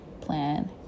plan